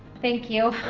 thank you.